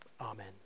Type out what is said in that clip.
Amen